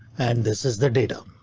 and this is the data.